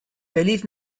feliz